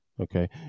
Okay